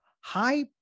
High